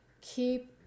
keep